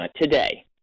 today